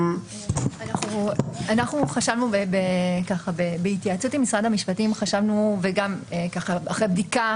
אנחנו חשבנו בהתייעצות עם משרד המשפטים וגם אחרי בדיקה